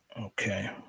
okay